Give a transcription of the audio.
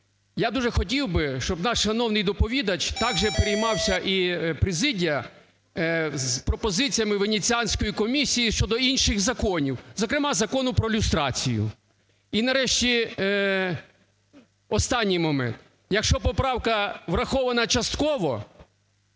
Я дуже хотів би, щоб наш шановний доповідач так же переймався, і президія, пропозиціями Венеціанської комісії щодо інших законів, зокрема Закону про люстрацію. І, нарешті, останній момент. Якщо поправка врахована частково,